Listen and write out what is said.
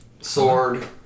sword